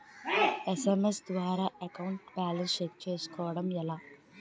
SMS ద్వారా account balance check చేసుకోవటం ఎలా?